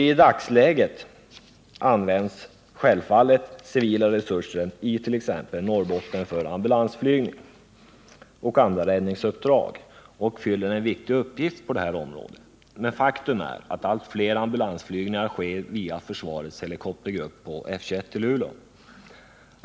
I dagsläget används självfallet civila resurser, t.ex. i Norrbotten för ambulansflygning och andra räddningsuppdrag, och de fyller en viktig uppgift på detta område. Men faktum är att allt fler ambulansflygningar sker via försvarets helikoptergrupp på F 21 i Luleå.